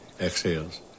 exhales